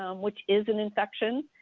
um which is an infection.